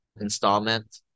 installment